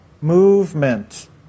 movement